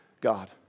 God